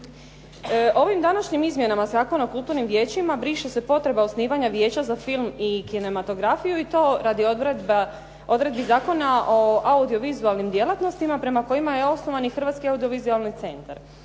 Ovim današnjim izmjenama Zakona o kulturnim vijećima briše se potreba osnivanja vijeća za film i kinematografiju i to radi odredbi Zakona o audio-vizualnim djelatnostima prema kojima je osnovan i Hrvatski audio-vizualni centar.